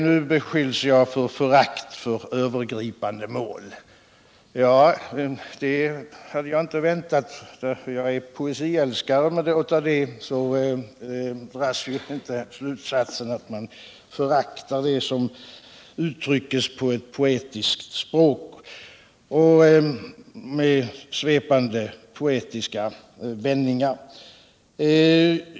Nu beskylls jag för förakt för övergripande mål, och det hade jag inte väntat. Jag är poesiälskare. Det går inte att dra slutsatsen att jag föraktar det som uttrycks på eu poetiskt språk med dess svepande, poctiska vändningar.